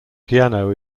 piano